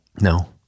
No